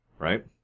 right